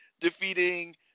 defeating